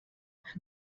auf